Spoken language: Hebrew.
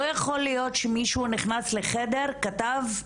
לא יכול להיות שמישהו נכנס לחדר, כתב,